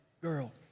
girl